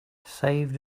saved